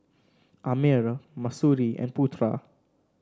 Ammir Mahsuri and Putra